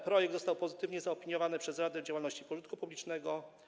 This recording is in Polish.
Projekt został pozytywnie zaopiniowany przez Radę Działalności Pożytku Publicznego.